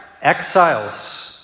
exiles